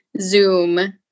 Zoom